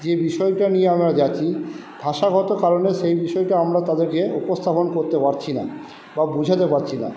যে বিষয়টা নিয়ে আমরা যাচ্ছি ভাষাগত কারণে সেই বিষয়টা আমরা তাদেরকে উপস্থাপন করতে পারছি না বা বোঝাতে পারছি না